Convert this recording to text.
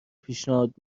پیشنهاد